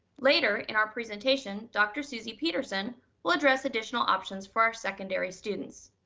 later in our presentation, dr. susy peterson will address additional options for our secondary students.